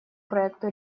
проекту